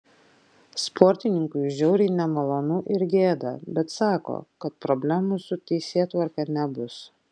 sportininkui žiauriai nemalonu ir gėda bet sako kad problemų su teisėtvarka nebus